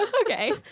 Okay